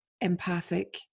empathic